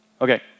Okay